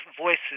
voices